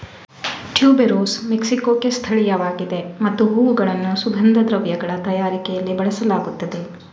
tuberose ಮೆಕ್ಸಿಕೊಕ್ಕೆ ಸ್ಥಳೀಯವಾಗಿದೆ ಮತ್ತು ಹೂವುಗಳನ್ನು ಸುಗಂಧ ದ್ರವ್ಯಗಳ ತಯಾರಿಕೆಯಲ್ಲಿ ಬಳಸಲಾಗುತ್ತದೆ